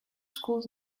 schools